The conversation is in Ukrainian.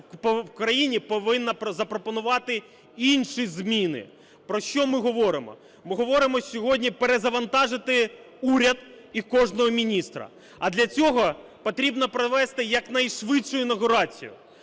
країна повинна запропонувати інші зміни. Про що ми говоримо: ми говоримо сьогодні перезавантажити уряд і кожного міністра, а для цього потрібно провести якнайшвидше інавгурацію.